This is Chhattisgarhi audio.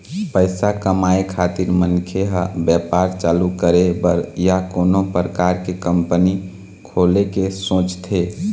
पइसा कमाए खातिर मनखे ह बेपार चालू करे बर या कोनो परकार के कंपनी खोले के सोचथे